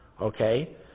Okay